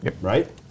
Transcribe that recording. right